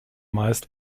meist